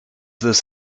this